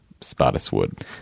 Spottiswood